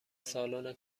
سالن